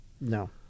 No